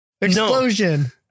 explosion